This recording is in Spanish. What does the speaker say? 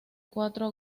cuatro